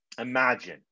imagine